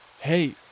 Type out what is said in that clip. Hey